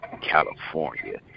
California